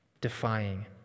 defying